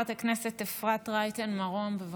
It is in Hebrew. חברת הכנסת אפרת רייטן מרום, בבקשה.